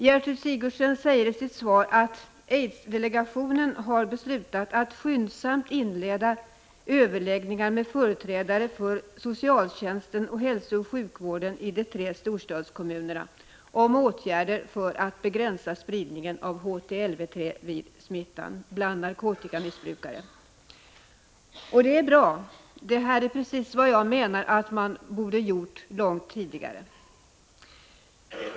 Gertrud Sigurdsen säger i sitt svar att aidsdelegationen har beslutat att skyndsamt inleda överläggningar med företrädare för socialtjänsten och hälsooch sjukvården i de tre storstadskommunerna om åtgärder för att begränsa spridningen av HTLV 3-virussmittan bland narkotikamissbrukare. Det är bra — det är precis vad jag menar att man borde ha gjort långt tidigare.